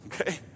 Okay